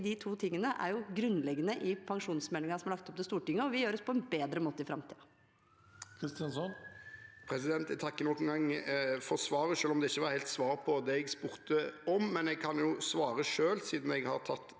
de to tingene er grunnleggende i pensjonsmeldingen som er lagt fram for Stortinget, og vil gjøres på en bedre måte i framtiden. Mímir Kristjánsson (R) Jeg takker nok en gang for svaret, selv om det ikke var helt svar på det jeg spurte om, men jeg kan jo svare selv, siden jeg har tatt